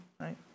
right